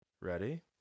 Ready